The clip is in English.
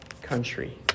country